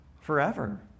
forever